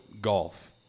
golf